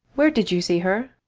where did you see her?